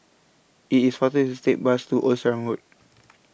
IT IS faster to Take Bus to Old Sarum Road